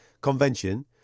convention